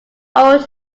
old